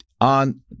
on